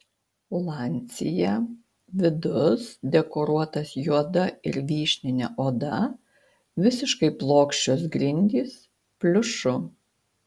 lancia vidus dekoruotas juoda ir vyšnine oda visiškai plokščios grindys pliušu